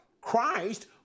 Christ